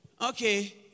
okay